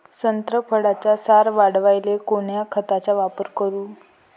संत्रा फळाचा सार वाढवायले कोन्या खताचा वापर करू?